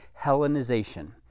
Hellenization